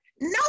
no